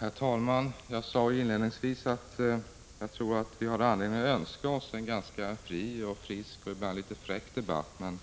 Herr talman! Jag sade inledningsvis att jag tror att vi har anledning att önska oss en ganska fri, frisk och ibland litet fräck debatt. Men